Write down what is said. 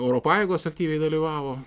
oro pajėgos aktyviai dalyvavo